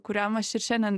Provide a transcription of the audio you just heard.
kuriam aš ir šiandien